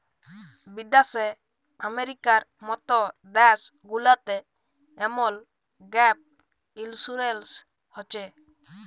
বিদ্যাশে আমেরিকার মত দ্যাশ গুলাতে এমল গ্যাপ ইলসুরেলস হছে